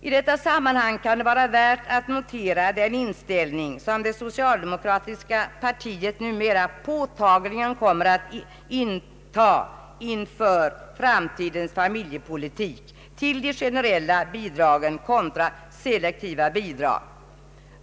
I detta sammanhang kan det vara värt att notera den inställning som det socialdemokratiska partiet numera påtagligen kommer att ha inför framtidens familjepolitik till generella bidrag kontra selektiva bidrag.